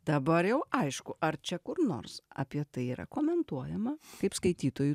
dabar jau aišku ar čia kur nors apie tai yra komentuojama kaip skaitytojui